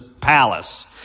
palace